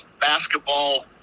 basketball